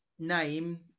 name